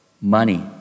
money